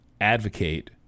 advocate